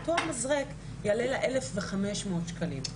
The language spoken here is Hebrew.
אותו מזרק יעלה לה 1,500 שקלים.